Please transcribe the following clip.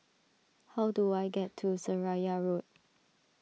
how do I get to Seraya Road